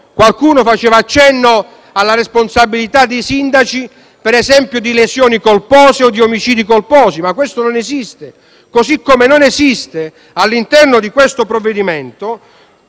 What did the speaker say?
Qualcuno faceva accenno alla responsabilità dei sindaci, per esempio, nelle lesioni colpose o negli omicidi colposi, ma questo non esiste. Così come non esiste all'interno di questo provvedimento